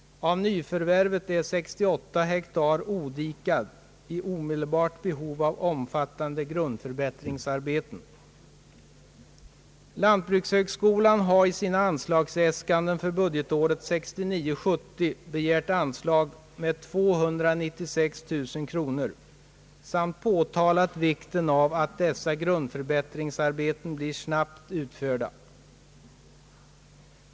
Av nyförvärvet är 68 hektar odikade och i omedelbart behov av omfattande grundförbättringsarbeten. Lantbrukshögskolan har i sina anslagsäskanden för budgetåret 1969/70 begärt anslag med 296 000 kronor och framhållit vikten av att dessa grundförbättringsarbeten blir snabbt utförda.